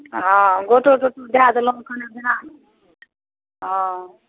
ओ गोटो तोटो दै देलहुॅं कनी ध्यान ओ